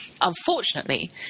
Unfortunately